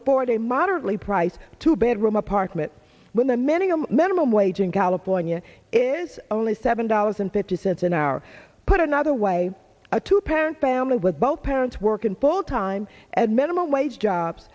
poorly moderately priced two bedroom apartment when the many minimum wage in california is only seven dollars and thirty cents an hour put another way a two parent family with both parents working full time at minimum wage jobs